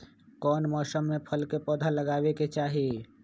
कौन मौसम में फल के पौधा लगाबे के चाहि?